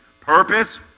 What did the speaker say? purpose